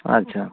ᱟᱪᱪᱷᱟ